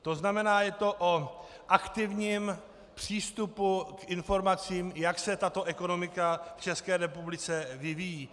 To znamená, je to o aktivním přístupu k informacím, jak se tato ekonomika v České republice vyvíjí.